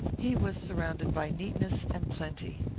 he was surrounded by neatness and plenty.